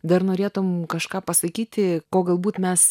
dar norėtum kažką pasakyti ko galbūt mes